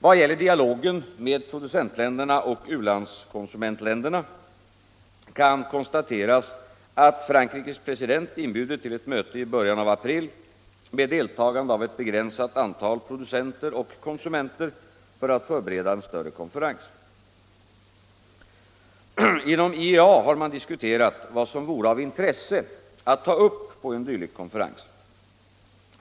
Vad gäller dialogen med producentländerna och konsumentländerna utanför IEA kan konstateras att Frankrikes president har inbjudit till ett möte i början av april med deltagande av ett begränsat antal producenter och konsumenter för att förbereda en större konferens. Inom IEA har man diskuterat vad som vore av intresse att ta upp på en dylik konferens.